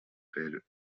per